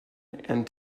and